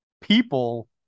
people